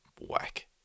whack